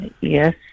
Yes